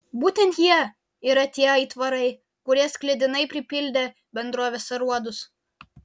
būtent jie yra tie aitvarai kurie sklidinai pripildė bendrovės aruodus